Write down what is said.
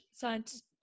science